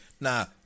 Now